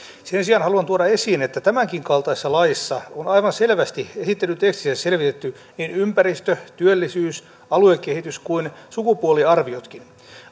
sen sijaan haluan tuoda esiin että tämänkin kaltaisessa laissa on on aivan selvästi esittelytekstissä selvitetty niin ympäristö työllisyys aluekehitys kuin sukupuoliarviotkin